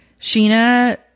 Sheena